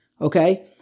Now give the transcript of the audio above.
Okay